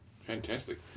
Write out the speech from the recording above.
Fantastic